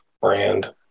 brand